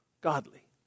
godly